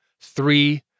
three